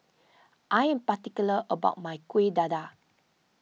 I am particular about my Kueh Dadar